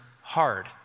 hard